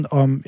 om